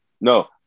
No